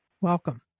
Welcome